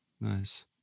nice